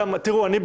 גם אני,